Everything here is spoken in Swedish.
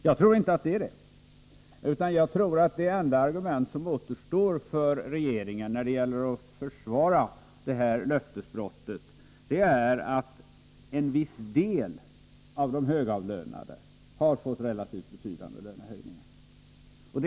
Jag tror inte att det förhåller sig på det sättet, utan jag tror att det enda argument som återstår för regeringen när det gäller att försvara det här löftesbrottet är att en viss del av de högavlönade har fått relativt betydande lönehöjningar.